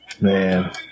Man